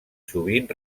sovint